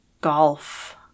golf